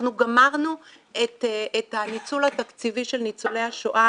אנחנו גמרנו את הניצול התקציבי של ניצולי השואה,